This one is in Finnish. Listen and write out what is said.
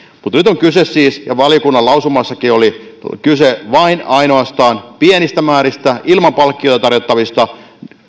mutta nyt on kyse siis ja valiokunnan lausumassakin oli kyse vain ja ainoastaan pienistä määristä ilman palkkiota tarjottavista